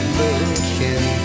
looking